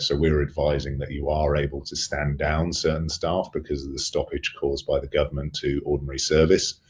so we're advising that you are able to stand down certain staff because of the stoppage caused by the government to ordinary service.